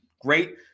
great